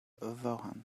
vaughan